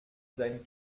sein